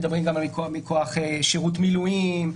מדברים גם מכוח שירות מילואים,